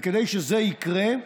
כדי שזה יקרה,